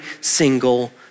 single